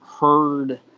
heard